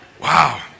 Wow